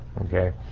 Okay